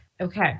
okay